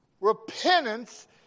repentance